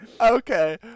okay